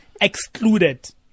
excluded